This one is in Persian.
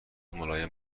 ملایم